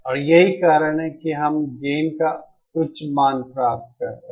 और यही कारण है कि हम गेन का उच्च मान प्राप्त कर रहे हैं